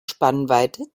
spannweite